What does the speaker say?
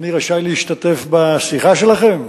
אני רשאי להשתתף בשיחה שלכם?